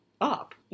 up